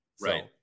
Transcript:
right